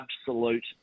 absolute